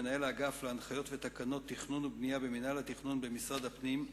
מנהל האגף להנחיות ותקנות תכנון ובנייה במינהל התכנון במשרד הפנים.